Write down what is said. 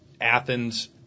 Athens